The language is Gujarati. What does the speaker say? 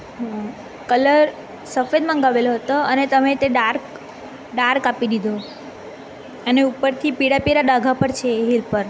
હા કલર સફેદ મંગાવેલો હતો અને તમે તે ડાર્ક ડાર્ક આપી દીધો અને ઉપરથી પીળા પીળા ડાઘા પણ છે હિલ પર